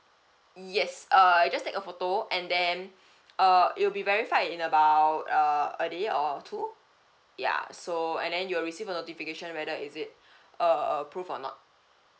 yes uh just take a photo and then uh it will be verified in about uh a day or two ya so and then you'll receive a notification whether is it uh approve or not